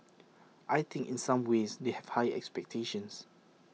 I think in some ways they have higher expectations